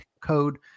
code